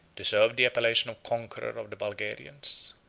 deserved the appellation of conqueror of the bulgarians.